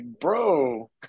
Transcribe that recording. bro